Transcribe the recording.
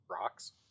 rocks